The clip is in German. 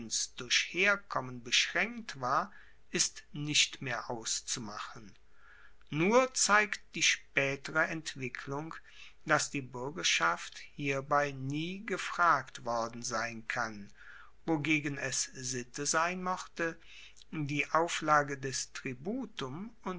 durch herkommen beschraenkt war ist nicht mehr auszumachen nur zeigt die spaetere entwicklung dass die buergerschaft hierbei nie gefragt worden sein kann wogegen es sitte sein mochte die auflage des